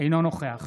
אינו נוכח